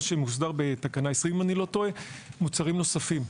מה שמוסדר בתקנה 20 אם אני לא טועה מוצרים נוספים.